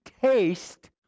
taste